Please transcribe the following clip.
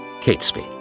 Catesby